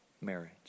marriage